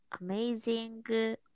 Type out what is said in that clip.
amazing